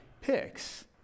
picks